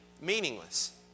meaningless